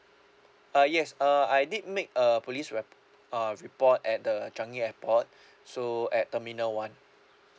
ah yes uh I did make a police rep~ uh report at the changi airport so at terminal one